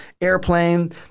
airplane